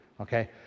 okay